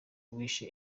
wishe